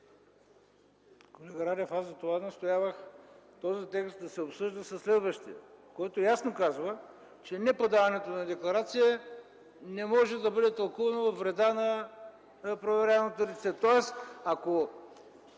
Радев, аз затова настоявах този текст да се обсъжда със следващия, който ясно казва, че неподаването на декларация не може да бъде тълкувано във вреда на проверяваното лице. Тоест, ако